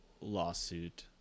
lawsuit